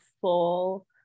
full